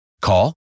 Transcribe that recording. Call